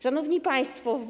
Szanowni Państwo!